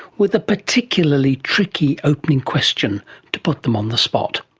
with a particularly tricky opening question to put them on the spot.